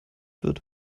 wird